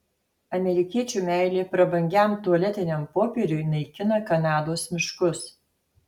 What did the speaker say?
amerikiečių meilė prabangiam tualetiniam popieriui naikina kanados miškus